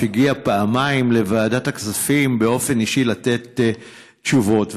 הגיע פעמיים לוועדת הכספים באופן אישי לתת תשובות,